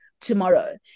tomorrow